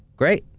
great.